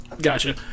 Gotcha